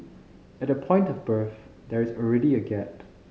at the point of birth there is already a gap